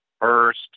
first